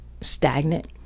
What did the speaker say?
stagnant